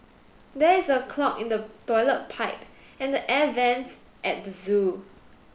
there is a clog in the toilet pipe and the air vents at the zoo